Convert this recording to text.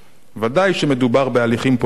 ודאי שמדובר בהליכים פוליטיים,